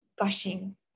gushing